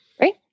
right